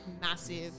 massive